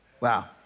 Wow